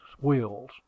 wheels